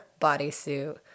bodysuit